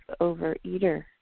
overeater